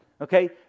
Okay